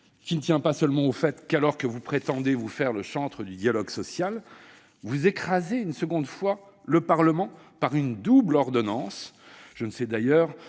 cela ne tient pas seulement au fait que, tout en prétendant vous faire le chantre du dialogue social, vous écrasez une nouvelle fois le Parlement par une double ordonnance. Je ne sais d'ailleurs